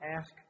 ask